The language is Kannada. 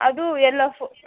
ಅದು ಎಲ್ಲ ಫು